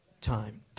time